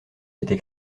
été